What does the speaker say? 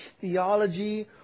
theology